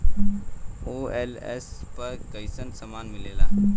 OLX पर कइसन सामान मीलेला?